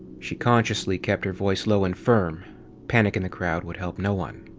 she consciously kept her voice low and firm panic in the crowd would help no one.